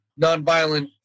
nonviolent